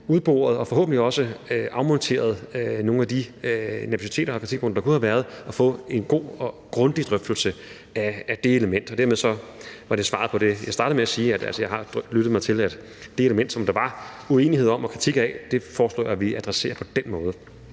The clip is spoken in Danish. udboret og forhåbentlig også afmonteret noget af den nervøsitet omkring kritikpunkter, der kunne have været, og få en god og grundig drøftelse af det element. Dermed er det svaret på det, jeg startede med at sige, nemlig at jeg altså har lyttet mig til, at det element, som der var uenighed om og kritik af, foreslår vi at adressere på den måde.